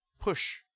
push